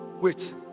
Wait